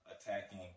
Attacking